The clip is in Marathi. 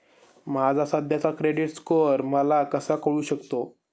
माझा सध्याचा क्रेडिट स्कोअर मला कसा कळू शकतो?